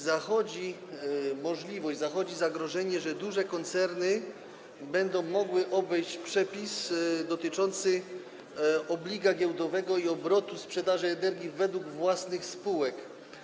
Zachodzi możliwość, istnieje zagrożenie, że duże koncerny będą mogły obejść przepis dotyczący obliga giełdowego i obrotu, sprzedaży energii w odniesieniu do własnych spółek.